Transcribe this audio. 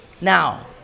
Now